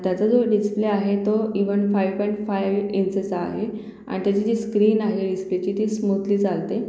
त्याचा जो डिस्प्ले आहे तो इव्हण फाय पॉईंट फायू इंचेचा आहे आणि त्याची जी स्क्रीन आहे इस्पेची ती स्मूथली चालते